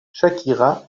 shakira